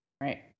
Right